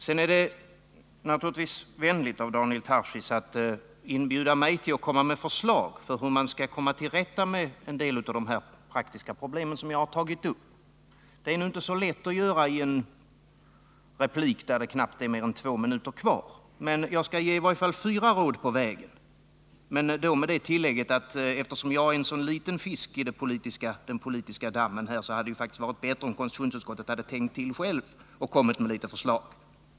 Sedan är det naturligtvis vänligt av Daniel Tarschys att inbjuda mig att komma med förslag till hur man skall komma till rätta med en del av de praktiska problem som jag har tagit upp. Det är inte så lätt att göra det i en replik där det knappt är mer än två minuter kvar. Jag skall i varje fall ge fyra råd på vägen — men då med det tillägget att eftersom jag är en så liten fisk i den politiska dammen här, hade det faktiskt varit bättre om konstitutionsutskottet hade tänkt till självt och kommit med förslag.